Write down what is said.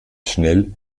schnell